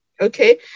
Okay